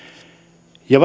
ja